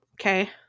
Okay